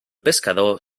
pescador